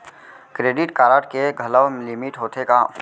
Credit card के घलव limit होथे का?